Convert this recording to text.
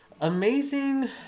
amazing